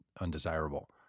undesirable